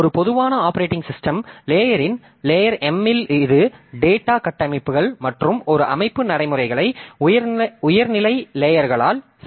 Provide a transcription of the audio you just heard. ஒரு பொதுவான operating system லேயரின் லேயர் M இல் இது டேட்டா கட்டமைப்புகள் மற்றும் ஒரு அமைப்பு நடைமுறைகளை உயர் நிலை லேயர்களால் செயல்படுத்த முடியும்